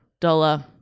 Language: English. dollar